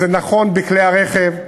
זה נכון בכלי הרכב,